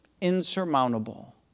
insurmountable